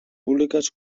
públiques